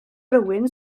rywun